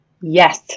Yes